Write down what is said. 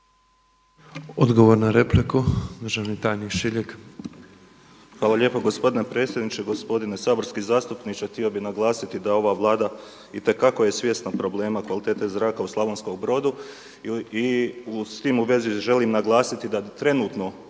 Odgovor na repliku, državni tajnik Šiljeg. **Šiljeg, Mario (HDZ)** Hvala lijepo gospodine predsjedniče. Gospodine saborski zastupniče. Htio bih naglasiti da ova Vlada itekako je svjesna problema kvalitete zraka u Slavonskom Brodu i s tim u vezi želim naglasiti da trenutno